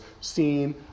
seen